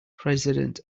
president